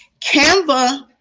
canva